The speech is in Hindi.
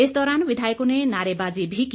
इस दौरान विधायकों ने नारेबाजी भी की